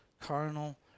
carnal